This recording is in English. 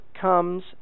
comes